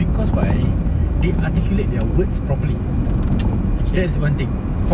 because why they articulate their words properly that's one thing